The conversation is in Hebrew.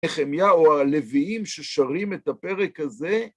נחמיה או הלוויים ששרים את הפרק הזה...